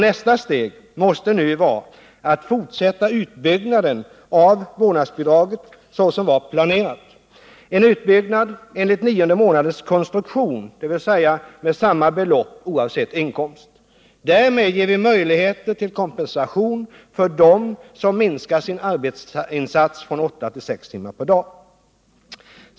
Nästa steg måste nu vara att fortsätta utbyggnaden av vårdnadsbidraget så som var planerat — en utbyggnad enligt nionde månadens konstruktion, dvs. med samma belopp oavsett inkomst. Därmed ger vi möjligheter till kompensation för dem som minskar sin arbetsinsats från åtta till sex timmar per dag.